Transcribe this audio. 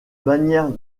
bannière